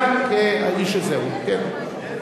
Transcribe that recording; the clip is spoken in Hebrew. סגן ראש הממשלה דן מרידור.